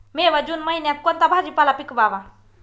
मे व जून महिन्यात कोणता भाजीपाला पिकवावा?